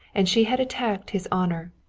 and she had attacked his honor.